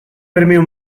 premio